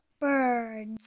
birds